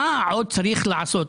מה עוד צריך לעשות?